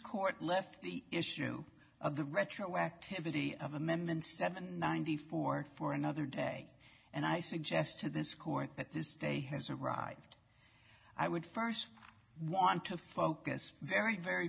court left the issue of the retroactivity of amendment seven ninety four for another day and i suggest to this court that this day has arrived i would first want to focus very very